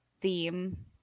theme